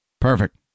Perfect